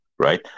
Right